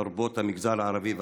לרבות המגזרים הערבי,